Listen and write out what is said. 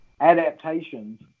adaptations